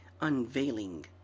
unveiling